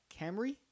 Camry